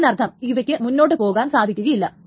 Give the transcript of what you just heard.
അതിനർത്ഥം ഇവക്ക് മുന്നോട്ടു പോകുവാൻ സാധിക്കുകയില്ല